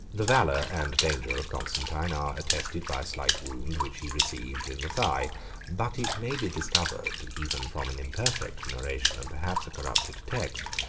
the valor and danger of constantine are attested by a slight wound which he received in the thigh but it may be discovered even from an imperfect narration, and perhaps a corrupted text,